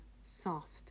soft